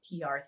PR